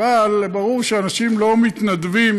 אבל ברור שאנשים לא מתנדבים